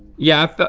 yeah, but